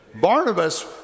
Barnabas